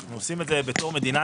אנחנו עושים את זה בתור מדינה.